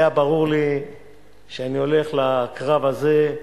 היה ברור לי שאני הולך לקרב הזה.